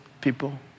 people